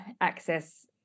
access